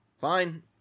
fine